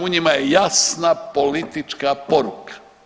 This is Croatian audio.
U njima je jasna politička poruka.